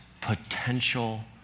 potential